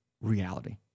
reality